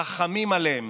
רחמים עליהם,